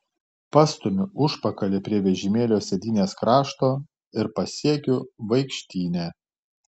pastumiu užpakalį prie vežimėlio sėdynės krašto ir pasiekiu vaikštynę